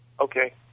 Okay